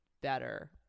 better